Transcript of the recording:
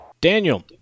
Daniel